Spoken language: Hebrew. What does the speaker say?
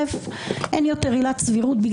אין יותר עילת סבירות,